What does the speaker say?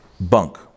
Bunk